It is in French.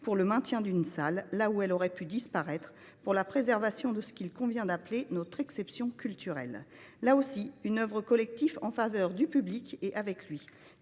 pour le maintien d’une salle là où elle aurait pu disparaître, pour la préservation de ce qu’il convient d’appeler notre exception culturelle. Là aussi, le cinéma est une œuvre collective, en faveur du public, et avec lui.